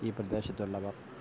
ഈ പ്രദേശത്തുള്ളവർ